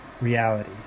reality